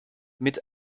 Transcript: mit